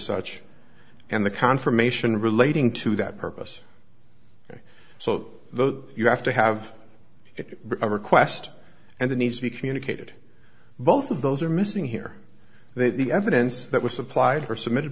such and the confirmation relating to that purpose so the you have to have it a request and the needs to be communicated both of those are missing here the evidence that was supplied were submitted